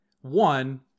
one